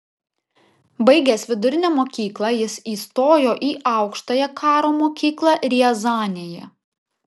baigęs vidurinę mokyklą jis įstojo į aukštąją karo mokyklą riazanėje